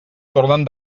tornen